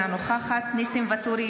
אינה נוכחת ניסים ואטורי,